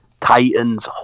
Titans